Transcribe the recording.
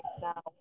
now